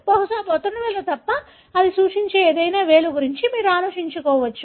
బహుశా బొటనవేలు తప్ప అది సూచించే ఏదైనా వేలు గురించి మీరు ఆలోచించవచ్చు